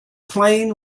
plain